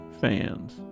fans